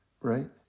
right